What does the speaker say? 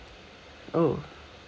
oh